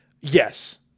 yes